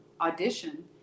audition